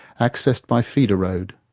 accessed by feeder road.